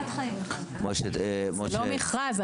לא מכרז,